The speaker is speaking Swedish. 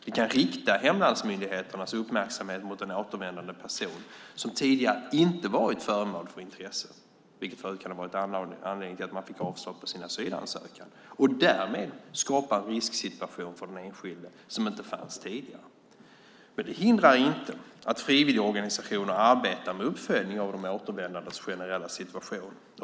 Vi kan rikta hemlandsmyndigheternas uppmärksamhet mot en återvändande person som tidigare inte varit föremål för intresse, vilket kan ha varit anledning till att man fick avslag på sin asylansökan, och därmed skapa en risksituation för den enskilde som inte fanns tidigare. Det hindrar inte att frivilligorganisationer arbetar med uppföljning av de återvändandes generella situation.